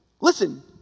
Listen